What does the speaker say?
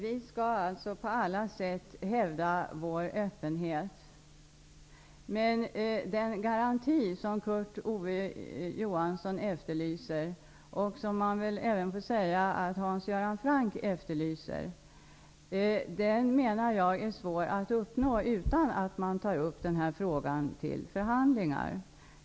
Vi skall alltså på alla sätt hävda vår öppenhet. Men den garanti som Kurt Ove Johansson efterlyser -- man kan väl säga att även Hans Göran Franck efterlyser den -- menar jag är svår att uppnå utan att den här frågan tas upp till förhandling.